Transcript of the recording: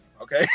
okay